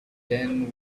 then